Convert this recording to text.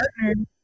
partner